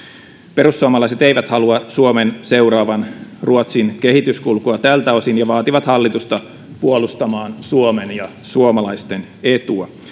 perussuomalaiset eivät halua suomen seuraavan ruotsin kehityskulkua tältä osin ja vaativat hallitusta puolustamaan suomen ja suomalaisten etua